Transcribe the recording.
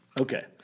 Okay